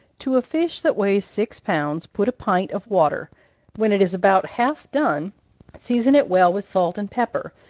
to a fish that weighs six pounds, put a pint of water when it is about half done season it well with salt and pepper,